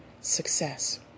success